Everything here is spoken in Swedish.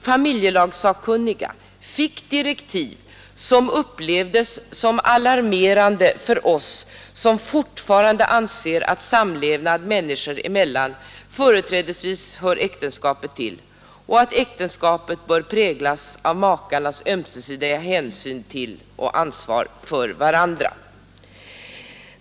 Familjelagssakkunniga fick direktiv som upplevdes som alarmerande av oss som fortfarande anser att samlevnad människor emellan företrädesvis hör äktenskapet till och att äktenskapet bör präglas av makarnas ömsesidiga hänsyn till och ansvar för varandra.